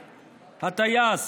הטייס,